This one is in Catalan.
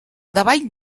davall